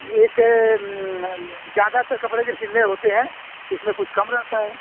एक ज्यादातक कपड़े जब सिलने होते हैं तो उसमें कुछ कम रहता है